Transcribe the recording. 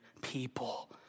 people